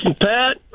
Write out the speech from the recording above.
Pat